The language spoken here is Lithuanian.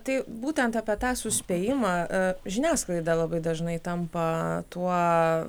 tai būtent apie tą suspėjimą žiniasklaida labai dažnai tampa tuo